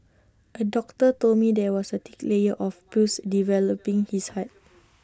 A doctor told me there was A thick layer of pus developing his heart